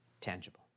tangible